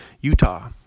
Utah